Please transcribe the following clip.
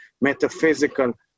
metaphysical